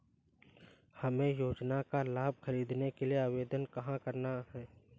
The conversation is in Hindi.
हमें योजना का लाभ ख़रीदने के लिए आवेदन कहाँ करना है?